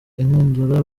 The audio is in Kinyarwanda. inkundura